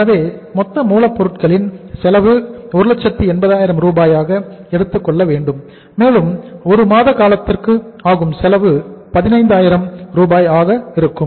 எனவே மொத்த மூலப்பொருட்களின் செலவு 180000 ரூபாயாக எடுத்துக்கொள்ளவேண்டும் மேலும் 1 மாத காலத்திற்கு ஆகும் செலவு 15000 ரூபாயாக இருக்கும்